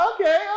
okay